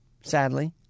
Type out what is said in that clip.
sadly